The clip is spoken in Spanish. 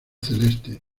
celeste